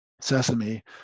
Sesame